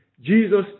Jesus